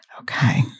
Okay